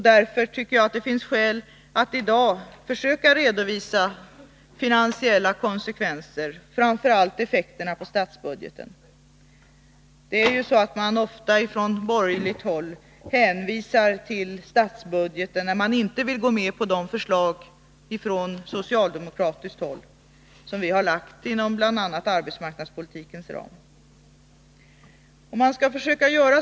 Därför tycker jag att det finns skäl att i dag försöka visa på arbetslöshetens finansiella konsekvenser, framför allt effekterna på statsbudgeten. Från borgerligt håll hänvisar man ju ofta till statsbudgeten när man inte vill gå med på de förslag till förbättringar av arbetsmarknadspolitiken som vi socialdemokrater har lagt fram.